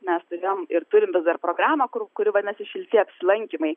mes turėjom ir turim vis dar programą kur kuri vadinasi šilti apsilankymai